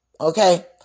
Okay